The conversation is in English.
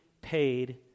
paid